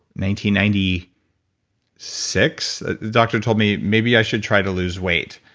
ninety ninety six? the doctor told me maybe i should try to lose weight.